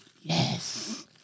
Yes